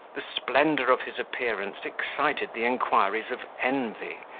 the splendour of his appearance excited the inquiries of envy,